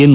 N